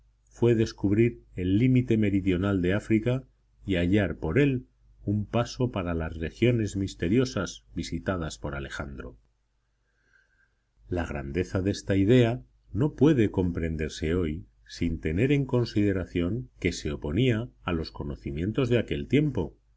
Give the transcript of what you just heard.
fue descubrir el límite meridional de áfrica y hallar por él un paso para las regiones misteriosas visitadas por alejandro la grandeza de esta idea no puede comprenderse hoy sin tener en consideración que se oponía a los conocimientos de aquel tiempo